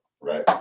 Right